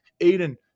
Aiden